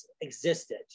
existed